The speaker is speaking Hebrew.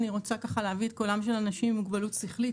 אני רוצה להביא לדיון הזה את קולם של אנשים עם מוגבלות שכלית.